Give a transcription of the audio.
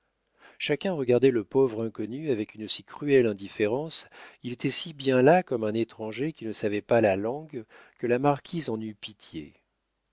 chacun regardait le pauvre inconnu avec une si cruelle indifférence il était si bien là comme un étranger qui ne savait pas la langue que la marquise en eut pitié